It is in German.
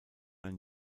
ein